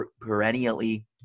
perennially